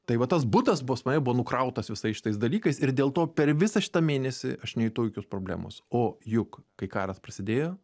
tai va tas butas pas mane buvo nukrautas visais šitais dalykais ir dėl to per visą šitą mėnesį aš nejutau jokios problemos o juk kai karas prasidėjo